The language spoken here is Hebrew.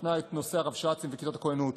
שבחנה את נושא הרבש"צים וכיתות הכוננות.